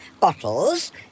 Bottles